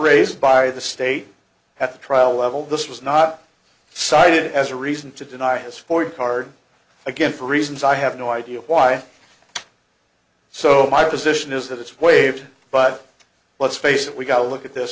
raised by the state at the trial level this was not cited as a reason to deny his ford card again for reasons i have no idea why so my position is that it's waived but let's face it we've got to look at this